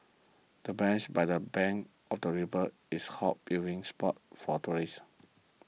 the bench by the bank of the river is hot viewing spot for tourists